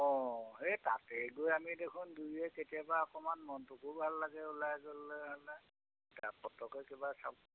অঁ সেই তাতে গৈ আমি দেখোন দুয়োৱে কেতিয়াবা অকণমান মনটোকো ভাল লাগে ওলাই গ'লে হ'লে কিতাপ পত্ৰকে কিবা চাব